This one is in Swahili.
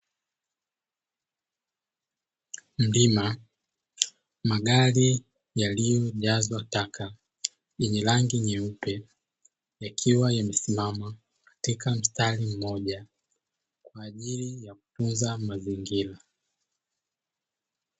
Mlima, magari yaliyojazwa taka yenye rangi nyeupe yakiwa yamesimama katika mstari mmoja, kwa ajili ya kutunza mazingira.